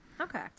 Okay